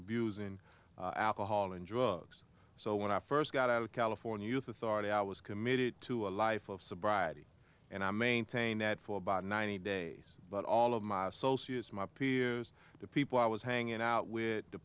abusing alcohol and drugs so when i first got out of california youth authority i was committed to a life of sobriety and i maintained that for about ninety days but all of my associates my peers the people i was hanging out with the